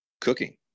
cooking